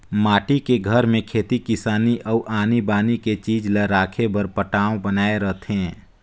माटी के घर में खेती किसानी अउ आनी बानी के चीज ला राखे बर पटान्व बनाए रथें